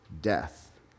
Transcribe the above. death